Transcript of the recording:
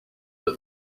that